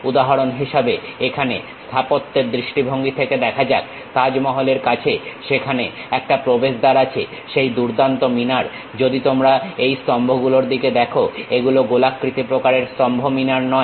উদাহরণ হিসেবে এখানে স্থাপত্যের দৃষ্টিভঙ্গি থেকে দেখা যাক তাজ মহলের কাছে সেখানে একটা প্রবেশ দ্বার আছে সেই দুর্দান্ত মিনার যদি তোমরা এই স্তম্ভগুলোর দিকে দেখো এগুলো গোলাকৃতি প্রকারের স্তম্ভ মিনার নয়